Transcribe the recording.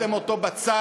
ושמתם אותו בצד,